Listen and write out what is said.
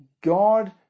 God